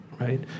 right